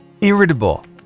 irritable